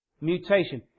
mutation